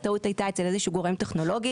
הטעות הייתה אצל איזשהו גורם טכנולוגי,